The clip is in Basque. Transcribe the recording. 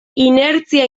inertzia